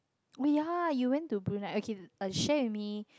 oh yeah you went to Brunei okay share with me